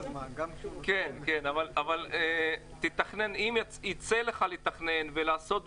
אם יצא לך לתכנן ולעשות דברים,